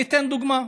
אני אתן דוגמה,